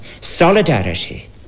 solidarity